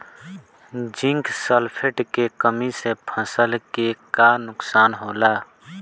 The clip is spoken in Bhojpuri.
जिंक सल्फेट के कमी से फसल के का नुकसान होला?